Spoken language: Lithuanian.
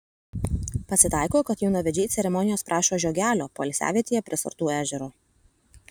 pasitaiko kad jaunavedžiai ceremonijos prašo žiogelio poilsiavietėje prie sartų ežero